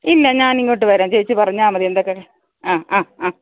ഇല്ല ഞാൻ ഇങ്ങോട്ട് വരാം ചേച്ചി പറഞ്ഞാൽ മതി എന്തൊക്കെ ആ ആ ആ